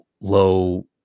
low